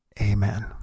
Amen